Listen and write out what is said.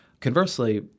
Conversely